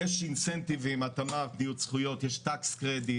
ב-30 השנים הקרובות